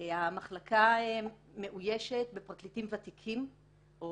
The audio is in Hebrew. המחלקה מאוישת בפרקליטים ותיקים או